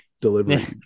delivery